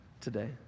today